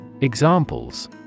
Examples